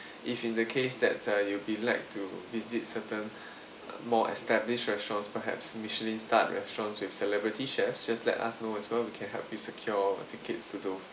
if in the case that uh you would be like to visit certain uh more established restaurants perhaps michelin starred restaurants with celebrity chefs just let us know as well we can help you secure tickets to those